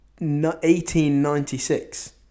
1896